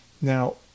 Now